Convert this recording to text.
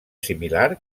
similar